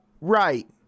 Right